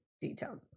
detailed